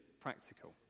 practical